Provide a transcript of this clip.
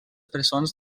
presons